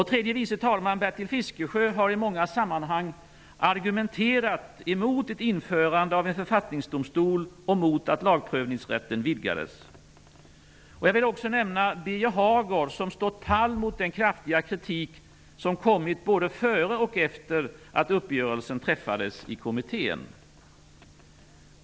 Tredje vice talman Bertil Fiskesjö har i många sammanhang argumenterat mot ett införande av en författningsdomstol och mot att lagprövningsrätten vidgas. Jag vill också nämna Birger Hagård, som stått pall i fråga om den kraftiga kritik som kommit både före och efter det att uppgörelsen träffades i kommittén.